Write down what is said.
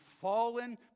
fallen